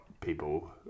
people